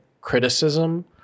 criticism